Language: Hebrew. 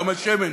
כמה שמן?